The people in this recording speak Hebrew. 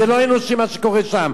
זה לא אנושי מה שקורה שם,